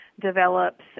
develops